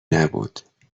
نبود